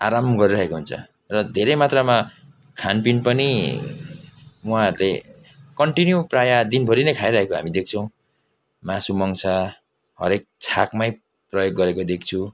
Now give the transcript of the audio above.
आराम गरिरहेको हुन्छ र धेरै मात्रामा खानपिन पनि उहाँहरूले कन्टिन्यू प्राय दिनभरि नै खाइरहेका हामी देख्छौँ मासु मङ्स हरेक छाकमै प्रयोग गरेको देख्छु